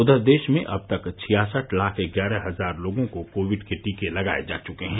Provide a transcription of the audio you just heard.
उधर देश में अब तक छियासठ लाख ग्यारह हजार लोगों को कोविड के टीके लगाये जा चुके हैं